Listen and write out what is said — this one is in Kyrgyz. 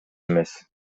эмес